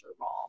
role